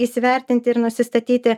įsivertinti ir nusistatyti